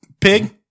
pig